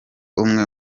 umwe